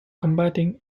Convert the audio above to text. combating